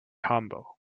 humble